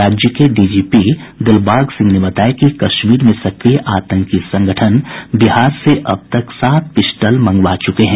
राज्य के डीजीपी दिलबाग सिंह ने बताया कि कश्मीर में सक्रिय आतंकी संगठन बिहार से अब तक सात पिस्टल मंगवा चुके हैं